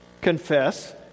Confess